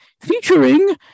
featuring